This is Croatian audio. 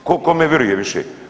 Tko kome viruje više?